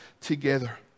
together